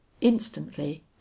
Instantly